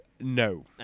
No